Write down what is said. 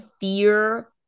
fear